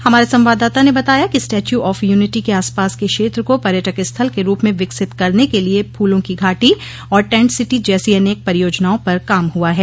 हमारे संवाददाता ने बताया कि स्टैच्यू ऑफ यूनिटी के आसपास के क्षेत्र को पर्यटक स्थल के रूप में विकसित करने के लिए फूलों की घाटी और टैंट सिटी जैसी अनेक परियोजनाओं पर काम हुआ है